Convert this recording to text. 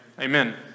Amen